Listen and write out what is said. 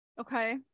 okay